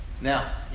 Now